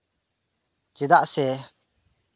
ᱪᱮᱫᱟᱜ ᱥᱮ